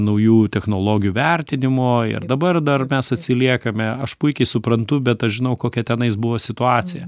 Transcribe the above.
naujųjų technologijų vertinimo ir dabar dar mes atsiliekame aš puikiai suprantu bet aš žinau kokia tenais buvo situacija